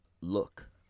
look